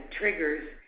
triggers